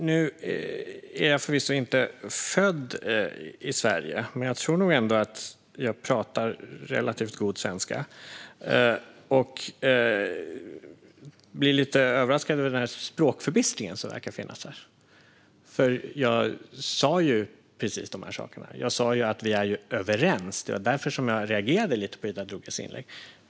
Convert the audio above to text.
Herr talman! Jag är förvisso inte född i Sverige, men jag tror ändå att jag pratar relativt god svenska. Jag blir därför lite överraskad över den språkförbistring som verkar ha uppstått här. Jag sa nämligen precis dessa saker, och jag sa att vi är överens. Det var därför jag reagerade lite på Ida Drougges inlägg.